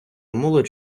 молодь